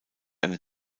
eine